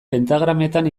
pentagrametan